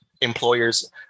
employers